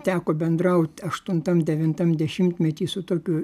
teko bendraut aštuntam devintam dešimtmety su tokiu